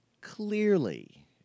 clearly